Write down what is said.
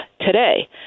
today